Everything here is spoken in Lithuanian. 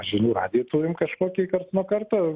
žinių radijuj turim kažkokį karts nuo karto ir